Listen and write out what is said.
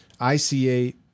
ICA